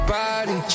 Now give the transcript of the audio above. body